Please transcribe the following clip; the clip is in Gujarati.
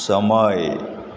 સમય